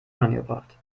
unangebracht